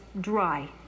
dry